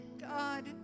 God